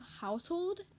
household